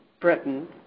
Britain